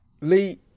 Lee